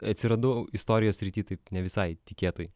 atsiradau istorijos srity taip ne visai tikėtai